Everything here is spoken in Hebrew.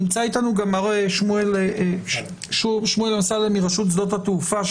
נמצא אתנו ב-זום מר שמואל אמסלם מרשות שדות התעופה.